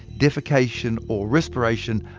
defecation or respiration.